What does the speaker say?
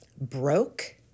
broke